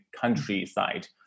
countryside